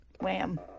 Wham